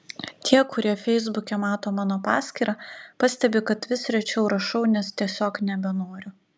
tie kurie feisbuke mato mano paskyrą pastebi kad vis rečiau rašau nes tiesiog nebenoriu